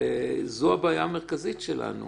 וזו הבעיה המרכזית שלנו